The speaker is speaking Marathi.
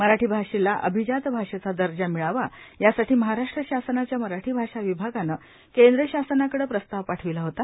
मराठी भाषेला अभिजात भाषेचा दर्जा मिळावा यासाठी महाराष्ट्र शासनाच्या मराठी भाषा विभागाने केंद्र शासनाकडे प्रस्ताव पाठविला होता